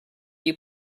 you